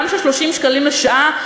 גם של 30 שקלים לשעה,